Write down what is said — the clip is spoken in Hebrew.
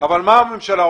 אבל מה עושה הממשלה.